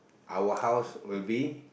our house will be